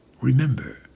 Remember